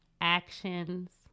actions